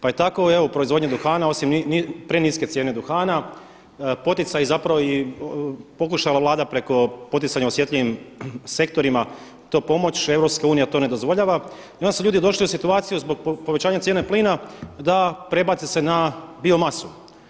Pa i tako i u proizvodnji duhana osim preniske cijene duhana poticaji i pokušala je Vlada preko poticanja osjetljivim sektorima to pomoći, EU to ne dozvoljava i onda su ljudi došli u situaciju zbog povećanje cijene plina da prebace se na biomasu.